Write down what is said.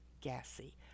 gassy